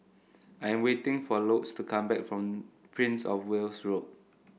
I'm waiting for Lourdes to come back from Prince Of Wales Road